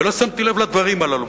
ולא שמתי לב לדברים הללו.